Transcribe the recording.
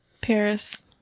Paris